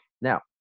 Now